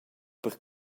per